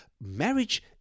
marriage